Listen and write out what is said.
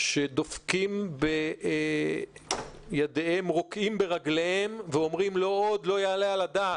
שדופקים בידיהם ורוקעים ברגליהם ואומרים: לא יעלה על הדעת.